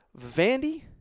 Vandy